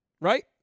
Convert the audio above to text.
right